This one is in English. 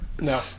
No